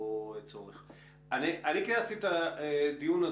היכן שמשלמים ארנונה כשיש עסקים במקרה